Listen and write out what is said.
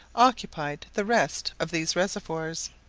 occupied the rest of these reservoirs.